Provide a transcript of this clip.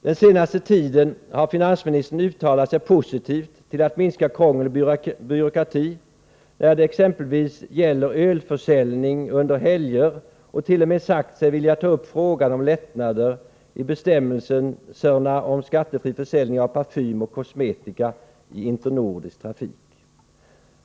Den senaste tiden har finansministern uttalat sig positivt till att minska krångel och byråkrati när det exempelvis gäller ölförsäljning under helger, och han hart.o.m. sagt sig vilja ta upp frågan om lättnader i bestämmelserna om skattefri försäljning av parfym och kosmetika i internordisk trafik.